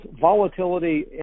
volatility